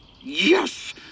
Yes